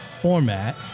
format